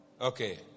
okay